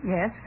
Yes